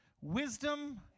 wisdom